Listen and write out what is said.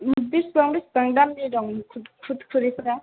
बेसेबां बेसेबां दामनि दं खुदखुरिफ्रा